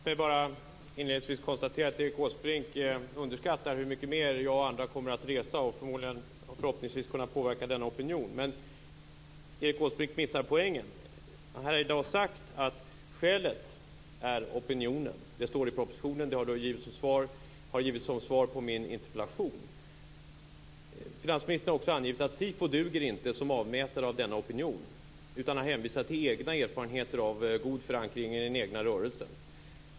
Herr talman! Inledningsvis konstaterar jag att Erik Åsbrink underskattar hur mycket mer jag och andra kommer att resa och förhoppningsvis kunna påverka opinionen. Erik Åsbrink missar poängen. Han har här i dag sagt att skälet är opinionen - det står i propositionen och det har givits som svar på min interpellation. Finansministern har också angivit att SIFO inte duger som avmätare av opinionen, utan han hänvisar till sina egna erfarenheter och sin goda förankring i den egna rörelsen.